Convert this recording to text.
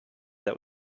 der